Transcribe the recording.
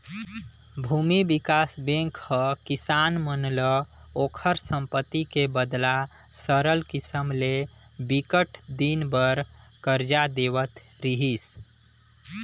भूमि बिकास बेंक ह किसान मन ल ओखर संपत्ति के बदला सरल किसम ले बिकट दिन बर करजा देवत रिहिस